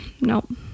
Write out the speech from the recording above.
Nope